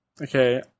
Okay